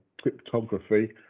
cryptography